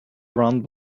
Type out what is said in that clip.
round